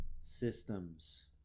systems